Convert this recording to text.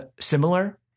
similar